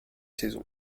saison